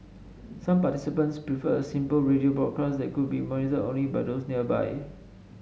some participants preferred a simple radio broadcast that could be monitored only by those nearby